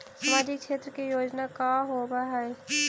सामाजिक क्षेत्र के योजना का होव हइ?